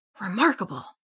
Remarkable